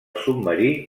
submarí